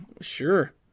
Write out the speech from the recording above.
Sure